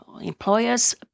employers